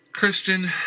Christian